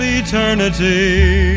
eternity